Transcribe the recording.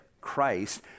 Christ